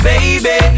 Baby